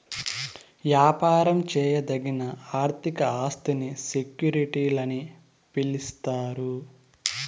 యాపారం చేయదగిన ఆర్థిక ఆస్తిని సెక్యూరిటీలని పిలిస్తారు